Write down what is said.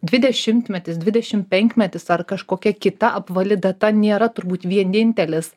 dvidešimtmetis dvidešimpenkmetis ar kažkokia kita apvali data nėra turbūt vienintelis